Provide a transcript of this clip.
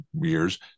years